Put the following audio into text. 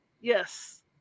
yes